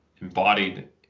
embodied